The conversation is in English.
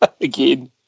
Again